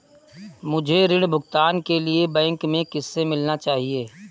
मुझे ऋण भुगतान के लिए बैंक में किससे मिलना चाहिए?